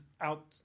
out